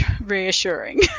reassuring